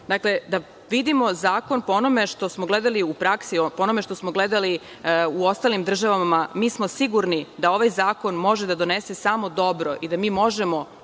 dakle, da vidimo zakon po onome što smo gledali u praksi, po onome što smo gledali u ostalim državama. Mi smo sigurni da ovaj zakon može da donese samo dobro i da mi možemo